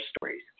stories